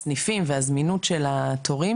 מ-5,200 לקוחות שקיבלנו ערב פרוץ הקורונה